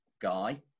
guy